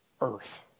earth